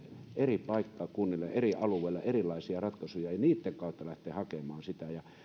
eri paikkakunnilla eri alueilla erilaisia ratkaisuja ja niiden kautta lähteä hakemaan sitä